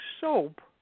soap